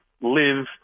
live